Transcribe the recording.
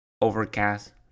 Overcast